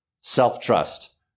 self-trust